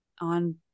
on